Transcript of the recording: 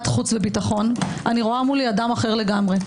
החוץ והביטחון אני רואה מולי אדם אחר לגמרי.